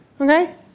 okay